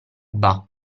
bah